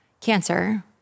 cancer